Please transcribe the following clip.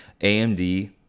AMD